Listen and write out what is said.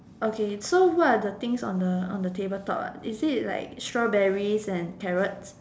okay so what are the things on the on the table top ah is it like strawberries and carrots